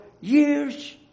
years